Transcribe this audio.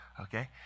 Okay